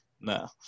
No